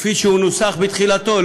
כפי שהוא נוסח בתחילתו?